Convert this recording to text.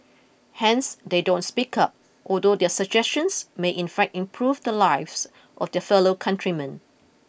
hence they don't speak up although their suggestions may in fact improve the lives of their fellow countrymen